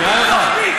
נראה לך?